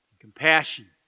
Compassion